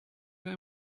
they